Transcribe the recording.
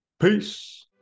Peace